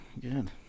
Good